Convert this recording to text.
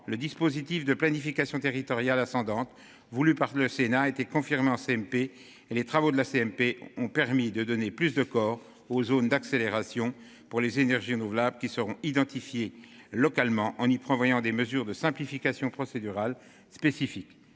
le dispositif de planification territoriale ascendante voulue par le Sénat a été confirmée en CMP et les travaux de la CMP ont permis de donner plus de corps aux zones d'accélération pour les énergies renouvelables qui seront identifiés localement en y prévoyant des mesures de simplification procédurale spécifique